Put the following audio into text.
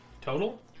Total